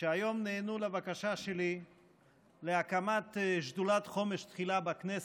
שנענו היום לבקשה שלי להקמת שדולת "חומש תחילה" בכנסת,